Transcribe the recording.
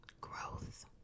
Growth